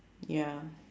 ya